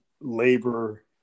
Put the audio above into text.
labor